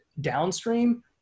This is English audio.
downstream